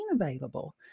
available